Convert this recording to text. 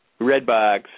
Redbox